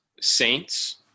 Saints